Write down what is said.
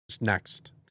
next